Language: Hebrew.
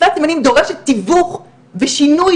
שפת סימנים דורשת תיווך ושינוי,